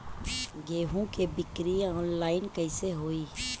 गेहूं के बिक्री आनलाइन कइसे होई?